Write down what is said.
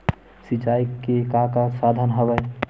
सिंचाई के का का साधन हवय?